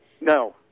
No